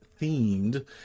themed